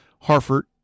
Harford